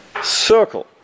circle